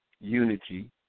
unity